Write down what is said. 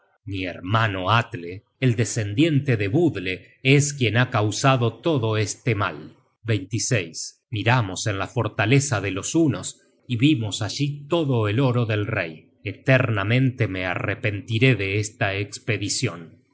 mi hermano atle el descendiente de budle es quien ha causado todo este mal miramos en la fortaleza de los hunos y vimos allí todo el oro del rey eternamente me arrepentiré de esta espedicion